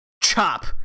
Chop